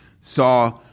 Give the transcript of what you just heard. saw